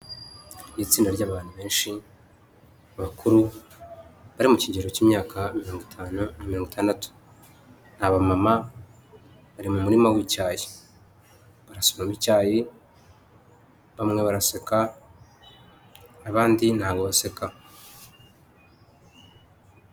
Itsinda ry'abantu benshi bakuru bari mu kigero cy'imyaka mirongo itanu na mirongo itandatu abamama bari mu murima w'icyayi, barasoroma icyayi bamwe baraseka abandi ntago baseka.